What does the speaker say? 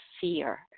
fear